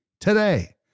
today